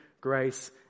grace